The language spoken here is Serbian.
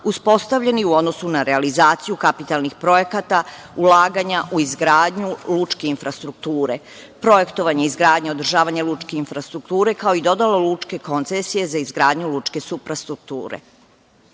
uspostavljeni u odnosu na realizaciju kapitalnih projekata ulaganja u izgradnju lučke infrastrukture, projektovanje, izgradnja i održavanje lučke infrastrukture, kao i dodela lučke koncesije za izgradnju lučke suprastrukture. Zakonskim